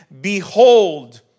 Behold